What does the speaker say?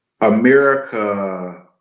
America